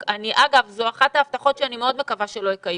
אגב, זו אחת ההבטחות שאני מאוד מקווה שלא יקיימו.